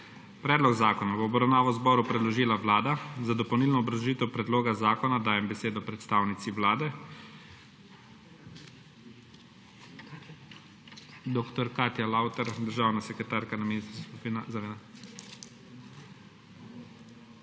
Predlog zakona je v obravnavo Državnemu zboru predložila Vlada. Za dopolnilno obrazložitev predloga zakona dajem besedo predstavnici Vlade. Dr. Katja Lauter, državna sekretarka na Ministrstvu za